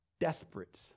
desperate